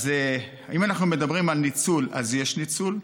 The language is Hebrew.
אם אנחנו מדברים על ניצול, אז יש ניצול,